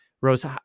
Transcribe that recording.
rose